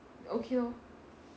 okay lor